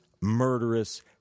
murderous